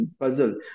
puzzle